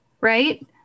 right